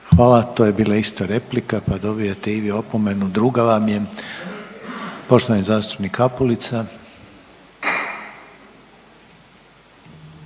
Hvala. To je bila isto replika pa dobijate i vi opomenu, druga vam je. Poštovani zastupnik Kapulica.